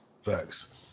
Facts